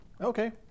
Okay